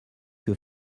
que